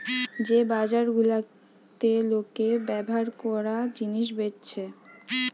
যে বাজার গুলাতে লোকে ব্যভার কোরা জিনিস বেচছে